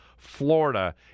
Florida